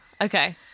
okay